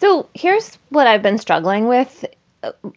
so here's what i've been struggling with